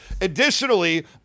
Additionally